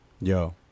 yo